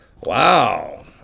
Wow